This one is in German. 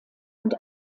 und